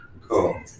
Cool